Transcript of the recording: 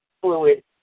fluid